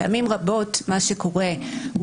פעמים רבות מה שקורה הוא,